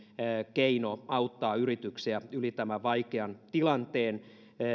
keino auttaa yrityksiä yli tämän vaikean tilanteen